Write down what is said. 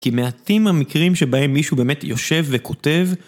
כי מעטים המקרים שבהם מישהו באמת יושב וכותב.